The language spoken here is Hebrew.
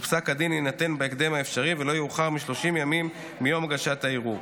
ופסק הדין יינתן בהקדם האפשרי ולא יאוחר מ-30 ימים מיום הגשת הערעור.